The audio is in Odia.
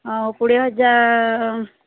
ଆଉ କୋଡ଼ିଏ ହଜାର